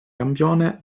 campione